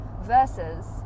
versus